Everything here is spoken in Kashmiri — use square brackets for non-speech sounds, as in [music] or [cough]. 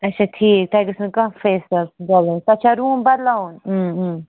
اَچھا ٹھیٖک تۄہہِ گٔژھو نہٕ کانٛہہ فیس [unintelligible] تۄہہِ چھےٚ روٗم بَدلاوُن